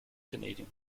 canadian